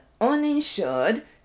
uninsured